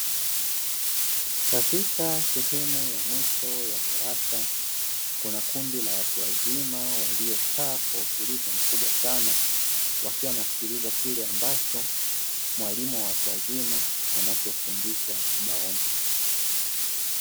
Katika sehemu ya mwisho ya darasa, kuna kundi la watu wazima waliokaa kwa utulivu mkubwa sana, wakiwa wanasikiliza kile ambacho mwalimu wa watu wazima anachofundisha ubaoni.